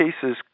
cases